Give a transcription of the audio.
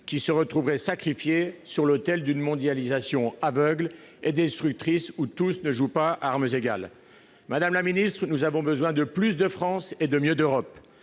qui se trouveraient sacrifiés sur l'autel d'une mondialisation aveugle et destructrice, où tous ne jouent pas à armes égales. Nous avons besoin de plus de France et de mieux d'Europe.